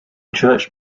church